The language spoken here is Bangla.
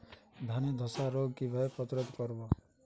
ধানে ধ্বসা রোগ কিভাবে প্রতিরোধ করব?